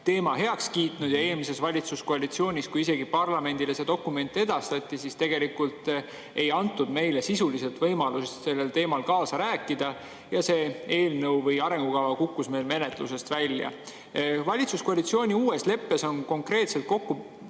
teema heaks kiitnud, ja eelmises valitsuskoalitsioonis, kui parlamendile see dokument küll edastati, tegelikult ei antud meile sisuliselt võimalus sellel teemal kaasa rääkida ja see eelnõu või arengukava kukkus menetlusest välja. Valitsuskoalitsiooni uues leppes on konkreetselt kirjas